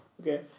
Okay